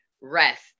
rest